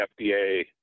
FDA